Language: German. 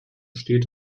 steht